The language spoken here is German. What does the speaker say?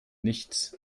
nichts